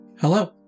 Hello